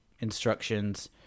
instructions